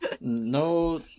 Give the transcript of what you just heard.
no